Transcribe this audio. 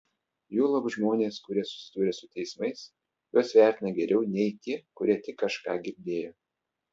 juolab žmonės kurie susidūrė su teismais juos vertina geriau nei tie kurie tik kažką girdėjo